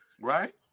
right